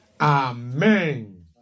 Amen